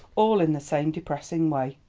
all in the same depressing way,